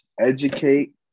educate